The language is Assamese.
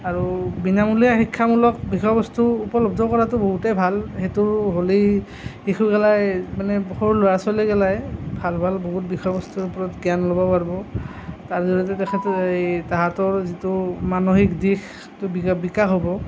আৰু বিনামূলীয়া শিক্ষামূলক বিষয়বস্তু উপলব্ধ কৰাটো বহুতে ভাল সেইটো হ'লেই শিশুগেলাই মানে সৰু ল'ৰা ছোৱালীগেলাই ভাল ভাল বহুতো বিষয়বস্তুৰ ওপৰত জ্ঞান ল'ব পাৰিব তাৰ ভিতৰত তেখেতে এই তাহাঁতৰ যিটো মানসিক দিশ সেইটো বিকাশ হ'ব